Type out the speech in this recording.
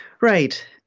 Right